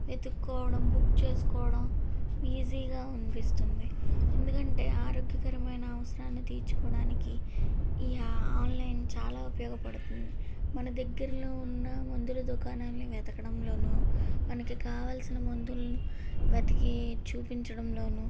వెతుక్కోవడం book చేసుకోవడం ఈజీగా అనిపిస్తుంది ఎందుకంటే ఆరోగ్యకరమైన అవసరాన్ని తీర్చుకోవడానికి ఈ ఆన్లైన్ చాలా ఉపయోగపడుతుంది మన దగ్గరలో ఉన్న మందులు దుకాణాన్ని వెతకడంలోనూ మనకి కావాల్సిన మందులను వెతికి చూపించడంలోనూ